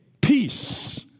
peace